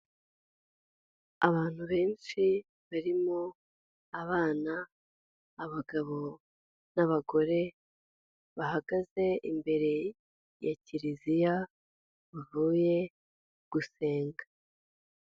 Abantu benshi barimo abana, abagabo n'abagore bahagaze imbere ya kiliziya bavuye gusenga.